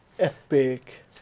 Epic